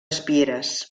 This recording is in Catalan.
espieres